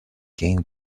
game